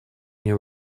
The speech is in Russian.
мне